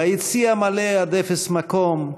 והיציע מלא עד אפס מקום,